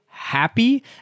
Happy